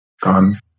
gone